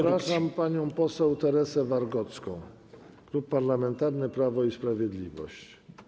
Zapraszam panią poseł Teresę Wargocką, Klub Parlamentarny Prawo i Sprawiedliwość.